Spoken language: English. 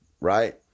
right